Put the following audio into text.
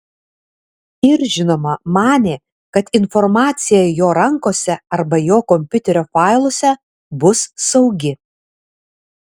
ir žinoma manė kad informacija jo rankose arba jo kompiuterio failuose bus saugi